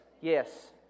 Yes